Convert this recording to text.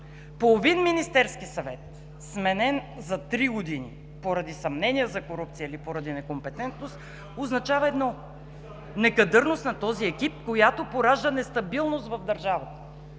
Половин Министерски съвет сменен за три години поради съмнение за корупция или поради некомпетентност означава едно: некадърност на този екип, която поражда нестабилност в държавата.